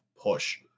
push